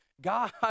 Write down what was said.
God